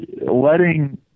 Letting